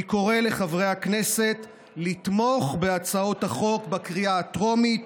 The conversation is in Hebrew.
אני קורא לחברי הכנסת לתמוך בהצעות החוק בקריאה הטרומית.